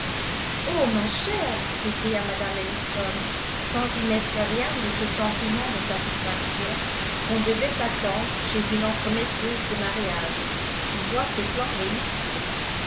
oh ma chère s'écria mme ellison sans y mettre rien de ce sentiment de satisfaction qu'on devait attendre chez une entremetteuse de mariages qui voit ses plans réussir